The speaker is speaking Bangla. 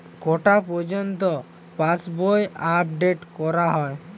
কটা পযর্ন্ত পাশবই আপ ডেট করা হয়?